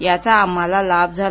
याचा आम्हाला लाभ झाला